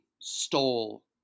stole